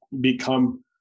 become